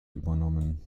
übernommen